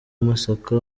masaka